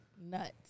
nuts